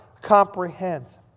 comprehend